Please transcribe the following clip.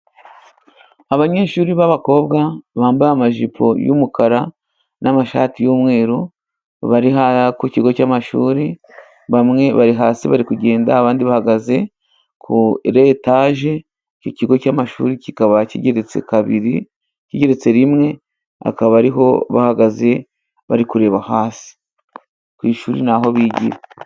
Abanyeshuri b'abakobwa bambaye amajipo y'umukara n'amashati y'umweru, bari ku kigo cy'amashuri bamwe bari hasi bari kugenda abandi bahagaze kuri etaje, icyo kigo cy'amashuri kikaba kigeretse kabiri kigeretse rimwe, akaba ariho bahagaze bari kureba hasi ku ishuri n'aho bigira.